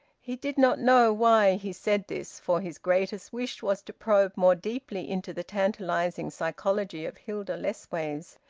he did not know why he said this, for his greatest wish was to probe more deeply into the tantalising psychology of hilda lessways.